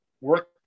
work